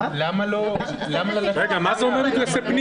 מה זה אומר מגויסי פנים?